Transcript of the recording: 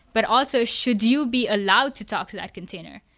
but also should you be allowed to talk to that container.